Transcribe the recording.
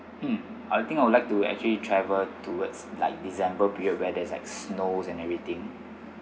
mm I think I would like to actually travel towards like december period where there's like snows and everything